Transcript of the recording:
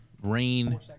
Rain